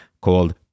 called